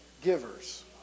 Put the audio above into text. givers